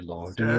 Lord